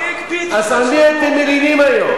מי הקפיא, אז על מי אתם מלינים היום?